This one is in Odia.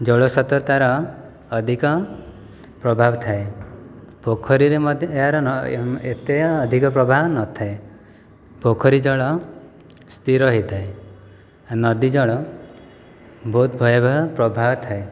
ଜଳସ୍ରୋତ ତାର ଅଧିକ ପ୍ରଭାବ ଥାଏ ପୋଖରୀରେ ମଧ୍ୟ ଏହାର ନ ଏତେ ଅଧିକ ପ୍ରଭାବ ନ ଥାଏ ପୋଖରୀ ଜଳ ସ୍ଥିର ହୋଇଥାଏ ହେ ନଦୀଜଳ ବହୁତ ଭୟାଭୟ ପ୍ରବାହ ଥାଏ